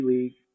League